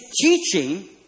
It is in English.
teaching